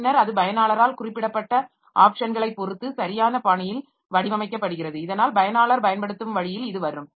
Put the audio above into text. பின்னர் அது பயனாளரால் குறிப்பிடப்பட்ட ஆப்ஷன்களைப் பொறுத்து சரியான பாணியில் வடிவமைக்கப்படுகிறது இதனால் பயனாளர் பயன்படுத்தும் வழியில் இது வரும்